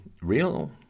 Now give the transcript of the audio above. Real